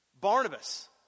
Barnabas